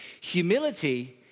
Humility